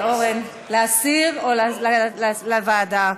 אורן, להסיר, או לוועדה?